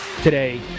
today